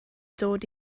dod